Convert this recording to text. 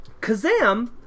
Kazam